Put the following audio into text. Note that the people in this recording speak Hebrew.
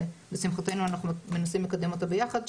ולשמחתנו אנחנו מנסים לקדם אותה ביחד,